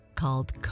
called